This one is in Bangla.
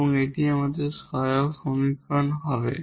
এবং এটি আমাদের অক্সিলিয়ারি সমীকরণ হবে